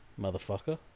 motherfucker